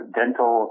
dental